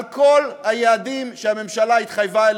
על כל היעדים שהממשלה התחייבה עליהם: